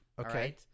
Okay